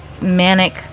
manic